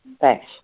Thanks